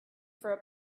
for